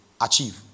achieve